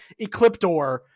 Ecliptor